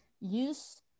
use